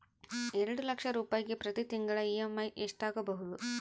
ಎರಡು ಲಕ್ಷ ರೂಪಾಯಿಗೆ ಪ್ರತಿ ತಿಂಗಳಿಗೆ ಇ.ಎಮ್.ಐ ಎಷ್ಟಾಗಬಹುದು?